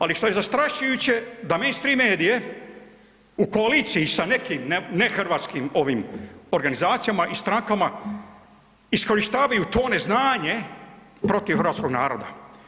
Ali što je zastrašujuće da mi stream medije u koaliciji sa nekim, ne hrvatskim ovim organizacijama i strankama iskorištavaju to neznanje protiv hrvatskog naroda.